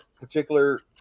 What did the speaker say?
particular